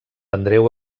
andreu